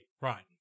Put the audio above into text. Right